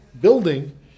building